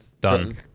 done